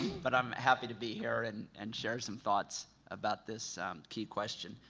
but um happy to be here and and and share some thoughts about this key question.